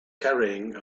carrying